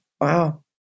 Wow